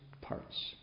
parts